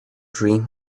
dream